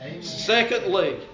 Secondly